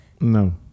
No